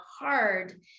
hard